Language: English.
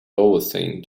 overthink